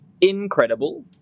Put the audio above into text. incredible